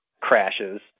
crashes